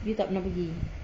you tak pernah pergi